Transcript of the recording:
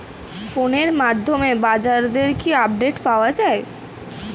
ফোনের মাধ্যমে বাজারদরের কি আপডেট পাওয়া যায়?